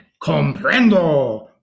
Comprendo